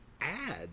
add